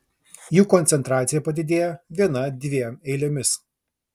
jų koncentracija padidėja viena dviem eilėmis